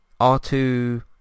R2